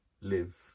live